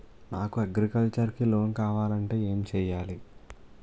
నాకు అగ్రికల్చర్ కి లోన్ కావాలంటే ఏం చేయాలి?